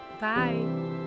Bye